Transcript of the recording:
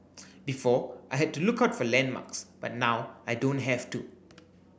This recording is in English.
before I had to look out for landmarks but now I don't have to